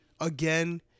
again